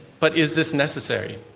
but is this necessary?